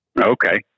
Okay